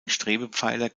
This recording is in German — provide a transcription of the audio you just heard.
strebepfeiler